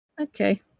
Okay